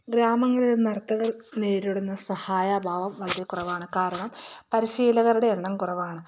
ഗ്രാമങ്ങളിൽ നർത്തകർ നേരിടുന്ന സഹായഭാവം വളരെ കുറവാണ് കാരണം പരിശീലകരുടെ എണ്ണം കുറവാണ്